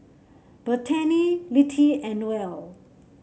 Bethany Littie and Noelle